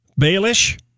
Baelish